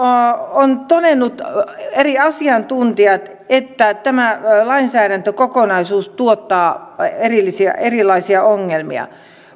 ovat todenneet eri asiantuntijat että tämä lainsäädäntökokonaisuus tuottaa erilaisia ongelmia